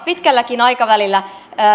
pitkälläkin aikavälillä